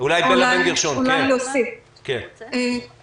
לא חושב שאת כותבת דפי מסרים.